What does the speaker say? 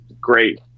great